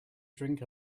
drink